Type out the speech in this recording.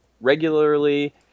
regularly